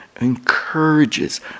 encourages